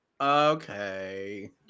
Okay